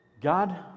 God